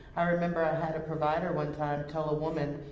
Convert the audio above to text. i remember i had a provider one time tell a woman,